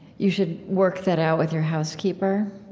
you should work that out with your housekeeper,